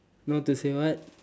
not to say what